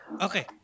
Okay